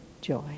joy